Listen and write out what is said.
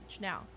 Now